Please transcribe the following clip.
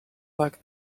like